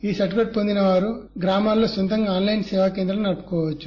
ఈ సర్టిఫికెట్ పొందిన వారు గ్రామాల్లో సొంతంగా ఆస్ లైస్ సేవాకేంద్రాలు నడుపుకోవచ్చు